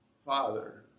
Father